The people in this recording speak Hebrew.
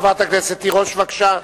חברת הכנסת רונית תירוש, בבקשה.